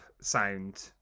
sound